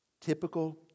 Typical